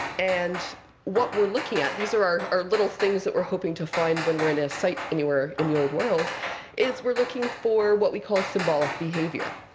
and what we're looking at these are our little things that we're hoping to find when we're in a site anywhere in the old world is we're looking for what we call symbolic behavior.